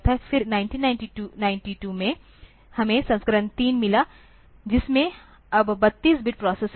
फिर 1992 में हमें संस्करण 3 मिला जिसमें अब 32 बिट प्रोसेसर है